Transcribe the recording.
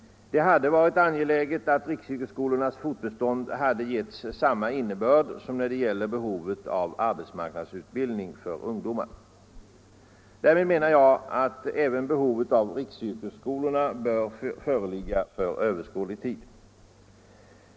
Det hade varit angeläget att riksyrkesskolornas fortbestånd hade ansetts lika viktigt som arbetsmarknadsutbildning för ungdomar. Därmed menar jag att även behovet av riksyrkesskolorna bör föreligga för överskådlig tid.